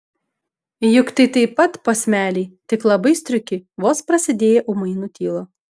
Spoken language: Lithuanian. juk tai taip pat posmeliai tik labai striuki vos prasidėję ūmai nutyla